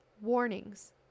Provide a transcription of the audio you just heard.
Warnings